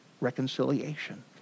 reconciliation